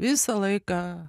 visą laiką